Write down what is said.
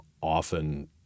often